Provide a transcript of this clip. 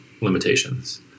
limitations